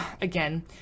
again